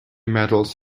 medals